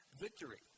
victory